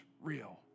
real